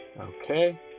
Okay